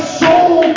soul